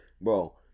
Bro